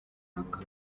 mwaka